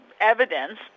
evidence